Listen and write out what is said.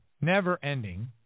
never-ending